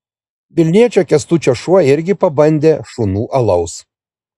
vilniečio kęstučio šuo irgi pabandė šunų alaus